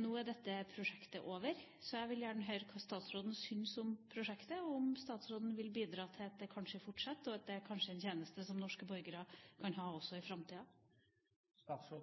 Nå er dette prosjektet over. Jeg vil gjerne høre hva statsråden syns om prosjektet, og om statsråden vil bidra til at det kanskje kan fortsette, slik at det er en tjeneste som norske borgere kanskje kan ha også i framtida.